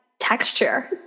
Texture